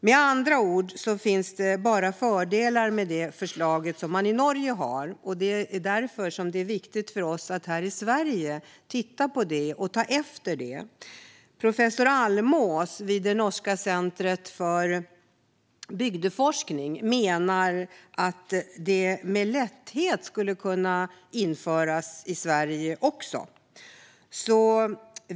Med andra ord finns det bara fördelar med det förslag som man genomfört i Norge. Det är därför det är viktigt för oss här i Sverige att titta på det och ta efter det. Professor Almås vid det norska centret för bygdeforskning menar att det med lätthet skulle kunna genomföras även i Sverige.